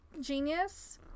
genius